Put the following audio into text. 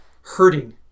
hurting